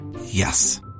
Yes